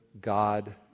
God